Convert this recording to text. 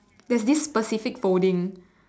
there's this specific folding